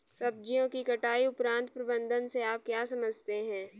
सब्जियों की कटाई उपरांत प्रबंधन से आप क्या समझते हैं?